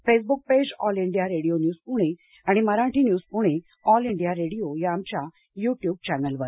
Facebook page all India radio news Pune आणि Marathi news Pune all India radio या आमच्या YouTube चॅनेलवर